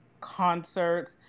concerts